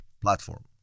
platform